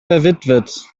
verwitwet